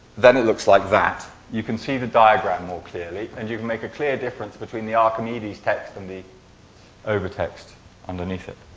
then it looks like that. you can see the diagram more clearly and you can make a clear difference between the archimedes text and the over text underneath it.